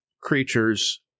creatures